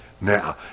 Now